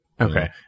okay